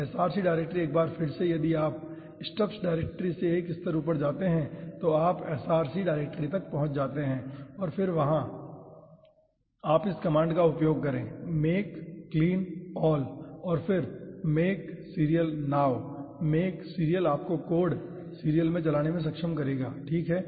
तो src directory एक बार फिर से है यदि आप STUBS डायरेक्टरी से 1 स्तर ऊपर जाते हैं तो आप src डायरेक्टरी तक पहुँच सकते हैं और फिर वहाँ आप इस कमांड का उपयोग करे make clean all और फिर make serial now make serial आपको कोड सीरियल में चलाने में सक्षम करेगा ठीक है